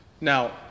Now